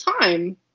time